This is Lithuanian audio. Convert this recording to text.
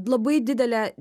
labai didelę